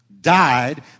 died